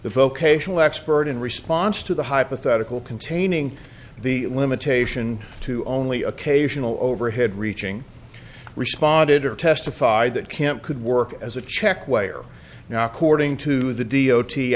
the vocational expert in response to the hypothetical containing the limitation to only occasional overhead reaching responded or testified that can't could work as a check way or now according to the d o t